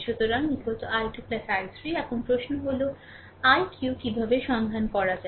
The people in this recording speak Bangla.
সুতরাং i2 i3 এখন প্রশ্ন হল iq কীভাবে সন্ধান করা যায়